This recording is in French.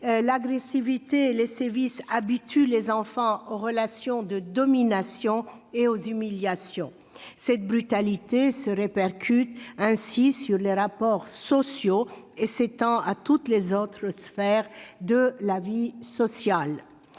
L'agressivité et les sévices habituent les enfants aux relations de domination et aux humiliations. Cette brutalité se répercute ainsi sur les rapports sociaux et s'étend à toutes les autres sphères de la vie sociale.